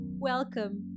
Welcome